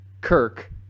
Kirk